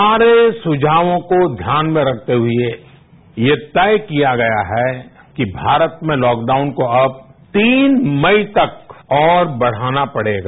सारे सुझावों को ध्यान में रखते हुए ये तय किया गया है कि भारत में लॉकडाउन को अब तीन मई तक और बढ़ाना पड़ेगा